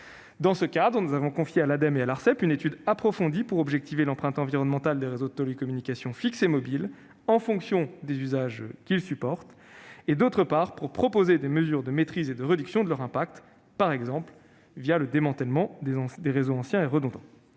perspective, nous avons confié à l'Ademe et à l'Arcep la mission de mener une étude approfondie visant, d'une part, à objectiver l'empreinte environnementale des réseaux de télécommunication fixe et mobile en fonction des usages qu'ils supportent et, d'autre part, à proposer des mesures de maîtrise et de réduction de leur impact, par exemple le démantèlement des réseaux anciens et redondants.